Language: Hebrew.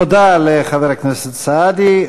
תודה לחבר הכנסת סעדי.